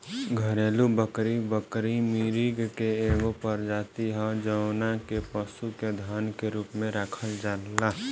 घरेलु बकरी, बकरी मृग के एगो प्रजाति ह जवना के पशु के धन के रूप में राखल जाला